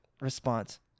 response